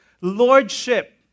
Lordship